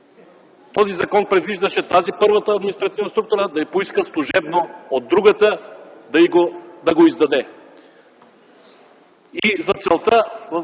този закон предвиждаше първата административна структура да поиска служебно от другата да го издаде. И за целта